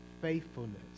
Faithfulness